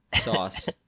sauce